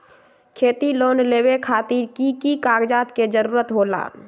खेती लोन लेबे खातिर की की कागजात के जरूरत होला?